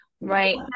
right